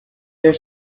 their